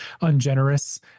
ungenerous